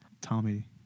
Tommy